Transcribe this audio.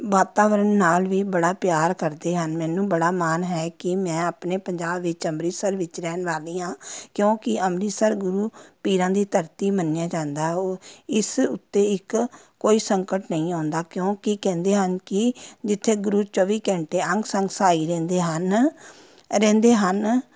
ਵਾਤਾਵਰਨ ਨਾਲ ਵੀ ਬੜਾ ਪਿਆਰ ਕਰਦੇ ਹਨ ਮੈਨੂੰ ਬੜਾ ਮਾਣ ਹੈ ਕਿ ਮੈਂ ਆਪਣੇ ਪੰਜਾਬ ਵਿੱਚ ਅੰਮ੍ਰਿਤਸਰ ਵਿੱਚ ਰਹਿਣ ਵਾਲੀ ਹਾਂ ਕਿਉਂਕਿ ਅੰਮ੍ਰਿਤਸਰ ਗੁਰੂ ਪੀਰਾਂ ਦੀ ਧਰਤੀ ਮੰਨਿਆ ਜਾਂਦਾ ਉਹ ਇਸ ਉੱਤੇ ਇੱਕ ਕੋਈ ਸੰਕਟ ਨਹੀਂ ਆਉਂਦਾ ਕਿਉਂਕਿ ਕਹਿੰਦੇ ਹਨ ਕਿ ਜਿੱਥੇ ਗੁਰੂ ਚੌਵੀ ਘੰਟੇ ਅੰਗ ਸੰਗ ਸਹਾਈ ਰਹਿੰਦੇ ਹਨ ਰਹਿੰਦੇ ਹਨ